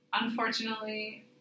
unfortunately